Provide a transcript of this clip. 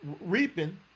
reaping